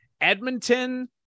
Edmonton